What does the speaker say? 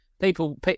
people